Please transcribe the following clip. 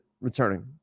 returning